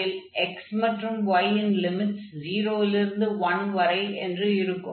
அதில் x மற்றும் y ன் லிமிட்ஸ் 0 லிருந்து 1 வரை என்று இருக்கும்